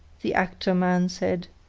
the actor man said,